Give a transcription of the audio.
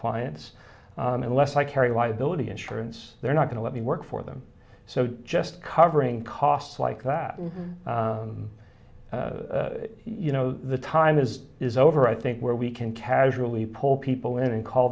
clients unless i carry liability insurance they're not going to let me work for them so just covering costs like that you know the time is is over i think where we can casually pull people in and call